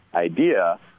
idea